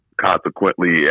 Consequently